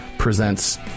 presents